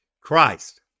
Christ